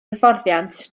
hyfforddiant